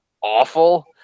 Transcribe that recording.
awful